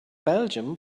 belgium